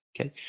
okay